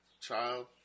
child